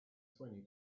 twenty